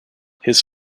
his